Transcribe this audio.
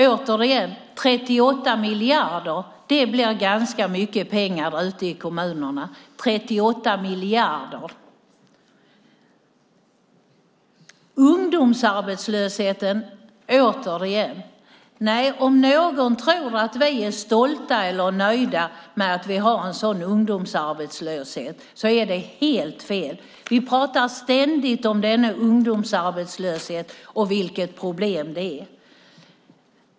Återigen: 38 miljarder innebär ganska mycket pengar för kommunerna. 38 miljarder! Om någon tror att vi är stolta eller nöjda med att vi har en så pass hög ungdomsarbetslöshet är det helt fel. Vi talar ständigt om denna ungdomsarbetslöshet och vilket problem det är.